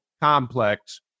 Complex